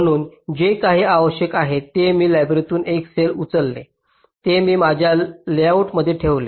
म्हणून जे काही आवश्यक आहे ते मी लायब्ररीतून एक सेल उचलले मी ते माझ्या लेआउटमध्ये ठेवले